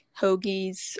hoagies